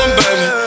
baby